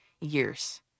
years